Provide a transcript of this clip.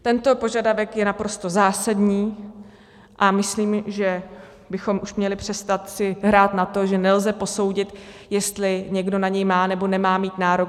Tento požadavek je naprosto zásadní a myslím, že bychom si už měli přestat hrát na to, že nelze posoudit, jestli někdo na něj má, nebo nemá mít nárok.